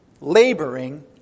laboring